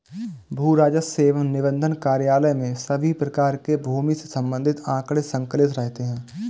भू राजस्व एवं निबंधन कार्यालय में सभी प्रकार के भूमि से संबंधित आंकड़े संकलित रहते हैं